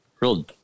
real